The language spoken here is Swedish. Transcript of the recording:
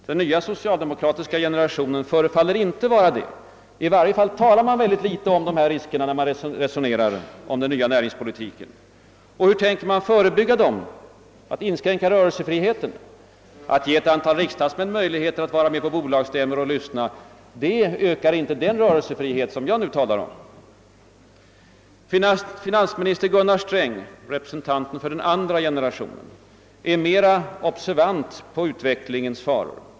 Den nya socialdemokratiska generationen förefaller inte vara det — i varje fall talar man väldigt litet om dessa risker när man resonerar om den näringspolitiken. Och hur tänker man förebygga riskerna för en inskränkning av rörelsefriheten? Att ge ett antal riksdagsmän möjlighet att vara med och lyssna på bolagsstämmor ökar inte den rörelsefrihet som jag nu talar om. Finansminister Gunnar Sträng — representanten för den andra generationen — är mera observant på utvecklingens faror.